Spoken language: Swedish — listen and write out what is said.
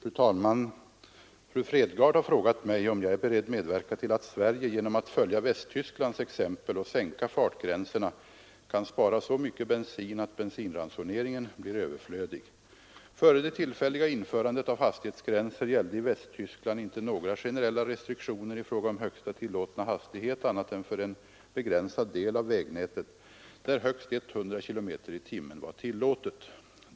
Fru talman! Fru Fredgardh har frågat mig om jag är beredd medverka till att Sverige genom att följa Västtysklands exempel och sänka fartgränserna kan spara så mycket bensin att bensinransoneringen blir överflödig. Före det tillfälliga införandet av hastighetsgränser gällde i Västtyskland inte några generella restriktioner i fråga om högsta tillåtna hastighet annat än för en begränsad del av vägnätet, där högst 100 km/tim var tillåtet.